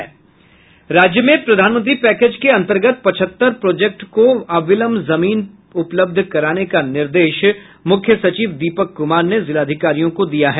राज्य में प्रधानमंत्री पैकेज के अंतर्गत पचहत्तर प्रोजेक्टों को अविलंब जमीन उपलब्ध कराने का निर्देश मुख्य सचिव दीपक कुमार ने जिलाधिकारियों को दिया है